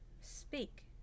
speak